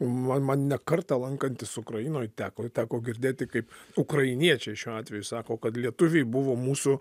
man man ne kartą lankantis ukrainoj teko teko girdėti kaip ukrainiečiai šiuo atveju sako kad lietuviai buvo mūsų